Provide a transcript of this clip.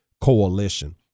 coalition